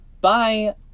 bye